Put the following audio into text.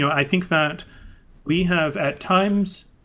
i think that we have, at times,